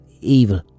evil